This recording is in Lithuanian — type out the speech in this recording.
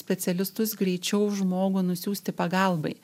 specialistus greičiau žmogų nusiųsti pagalbai